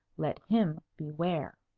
let him beware!